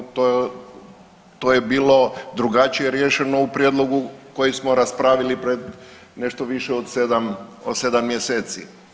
To je bilo drugačije riješeno u prijedlogu koji smo raspravili pred nešto više od 7, od 7 mjeseci.